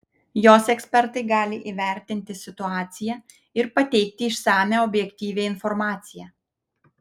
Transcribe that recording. jos ekspertai gali įvertinti situaciją ir pateikti išsamią objektyvią informaciją